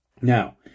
Now